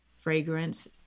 fragrance